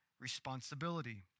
responsibility